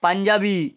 panjabi